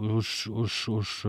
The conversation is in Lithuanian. už už už